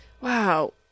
Wow